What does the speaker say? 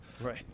Right